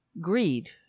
greed